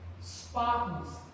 Spotless